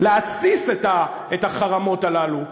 להתסיס את החרמות הללו,